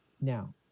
Now